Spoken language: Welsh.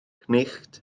cnicht